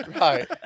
Right